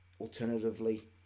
Alternatively